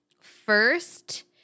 First